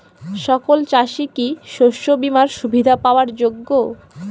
সকল চাষি কি শস্য বিমার সুবিধা পাওয়ার যোগ্য?